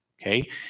Okay